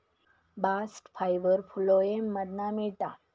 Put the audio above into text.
bast fibre phloem मधना मिळता